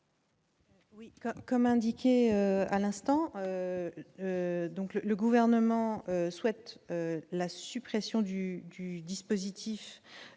Oui, comme indiqué à l'instant donc, le gouvernement souhaite la suppression du du dispositif